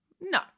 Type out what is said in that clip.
no